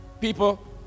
people